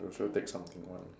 will sure take something one